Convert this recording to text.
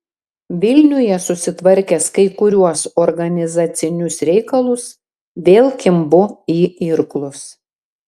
vilniuje susitvarkęs kai kuriuos organizacinius reikalus vėl kimbu į irklus